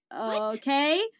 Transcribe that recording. okay